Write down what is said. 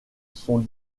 sont